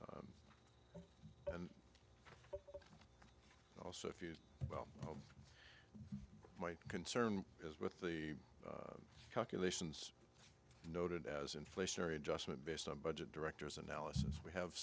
and also if you well my concern is with the calculations noted as inflationary adjustment based on budget directors analysis we have